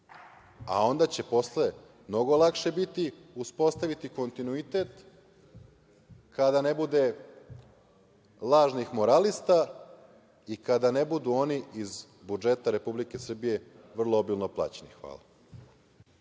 a onda će posle mnogo lakše biti uspostaviti kontinuitet kada ne bude lažnih moralista i kada ne budu oni iz budžeta Republike Srbije vrlo obimno plaćeni. Hvala.